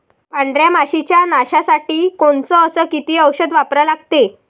पांढऱ्या माशी च्या नाशा साठी कोनचं अस किती औषध वापरा लागते?